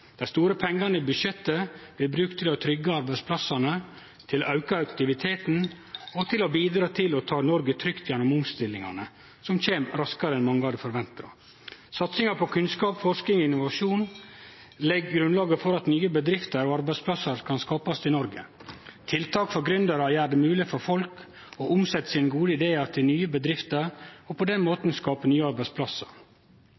Dei store pengane i budsjettet blir brukte til å tryggje arbeidsplassane, til å auke aktiviteten og til å bidra til å ta Noreg trygt igjennom omstillingane, som kjem raskare enn mange hadde forventa. Satsinga på kunnskap, forsking og innovasjon legg grunnlaget for at nye bedrifter og arbeidsplassar kan skapast i Noreg. Tiltak for gründerar gjer det mogleg for folk å omsetje dei gode ideane sine til nye bedrifter og på den